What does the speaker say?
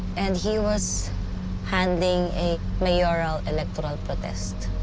and he was handing a mayoral electoral protest.